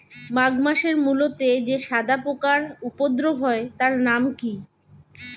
মাঘ মাসে মূলোতে যে ছোট সাদা পোকার উপদ্রব হয় তার নাম কি?